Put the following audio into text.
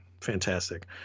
Fantastic